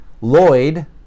Lloyd